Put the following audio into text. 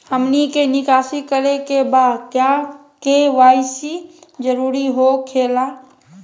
हमनी के निकासी करे के बा क्या के.वाई.सी जरूरी हो खेला?